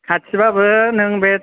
खाथिबाबो नों बे